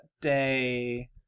day